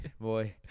boy